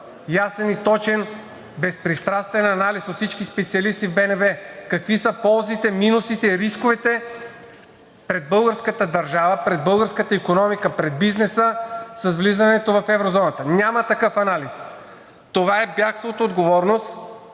ясен и точен, безпристрастен анализ от всички специалисти от БНБ какви са ползите, минусите, рисковете пред българската държава, пред българската икономика, пред бизнеса с влизането в еврозоната – няма такъв анализ. Това е бягство от отговорност